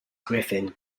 griffin